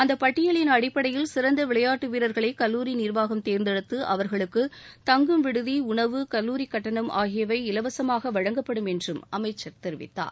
அந்தப் பட்டியலின் அடிப்படையில் சிறந்த விளையாட்டு வீரர்களை கல்லூரி நிர்வாகம் தேர்ந்தெடுத்து அவர்களுக்கு தங்கும் விடுதி உனவு கல்லூரி கட்டணம் ஆகியவை இலவசமாக வழங்கப்படும் என்றும் அமைச்சர் கூறினார்